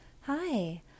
Hi